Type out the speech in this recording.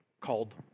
called